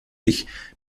ich